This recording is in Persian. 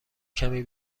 کمی